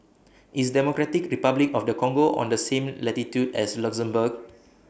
IS Democratic Republic of The Congo on The same latitude as Luxembourg